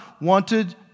wanted